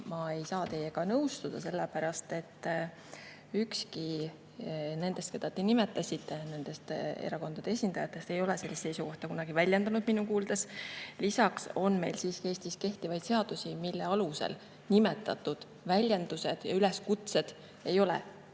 ma ei saa teiega nõustuda. Ükski nendest, keda te nimetasite, nende erakondade esindajatest ei ole sellist seisukohta kunagi väljendanud minu kuuldes. Lisaks on meil Eestis kehtivad seadused, mille alusel nimetatud väljendused ja üleskutsed ei ole